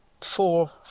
four